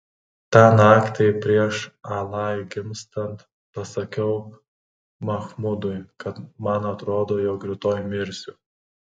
tą naktį prieš alai gimstant pasakiau machmudui kad man atrodo jog rytoj mirsiu